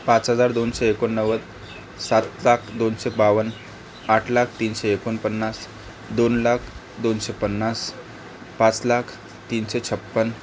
पाच हजार दोनशे एकोणनव्वद सात लाख दोनशे बावन्न आठ लाख तीनशे एकोणपन्नास दोन लाख दोनशे पन्नास पाच लाख तीनशे छपन्न